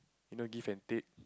you know give and take